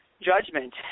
Judgment